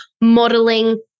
modeling